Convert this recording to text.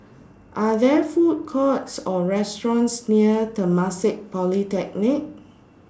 Are There Food Courts Or restaurants near Temasek Polytechnic